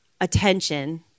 attention